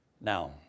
Now